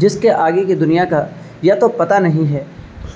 جس کے آگے کی دنیا کا یا تو پتہ نہیں ہے